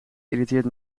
irriteert